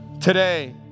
Today